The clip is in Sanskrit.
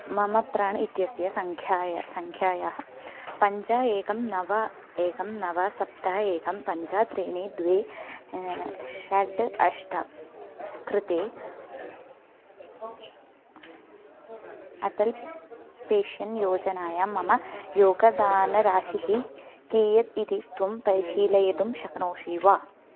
मम प्राण् इत्यस्य सङ्ख्यायाः सङ्ख्यायाः पञ्ज एकं नव एकं नव सप्तः एकं पञ्च त्रीणि द्वे षड् अष्ट कृते अटल् पेशन् योजनायां मम योगदानराशिः कियत् इति त्वं परिशीलयितुं शक्नोषि वा